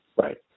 Right